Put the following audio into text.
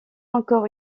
encore